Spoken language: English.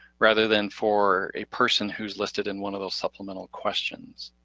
rather than for a person who's listed in one of those supplemental questions.